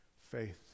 faith